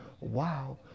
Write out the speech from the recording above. wow